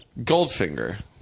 goldfinger